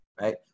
right